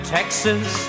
Texas